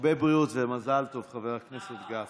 הרבה בריאות ומזל טוב, חבר הכנסת גפני.